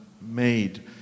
made